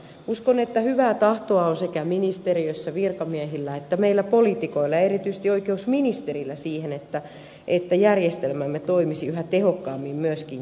uskon että hyvää tahtoa on sekä ministeriössä virkamiehillä että meillä poliitikoilla erityisesti oikeusministerillä siihen että järjestelmämme toimisi yhä tehokkaammin myöskin käytännössä